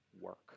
work